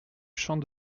champ